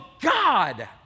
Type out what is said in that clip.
God